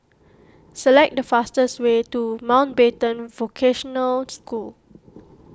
select the fastest way to Mountbatten Vocational School